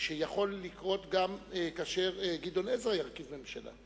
שיכול לקרות גם כאשר גדעון עזרא ירכיב ממשלה,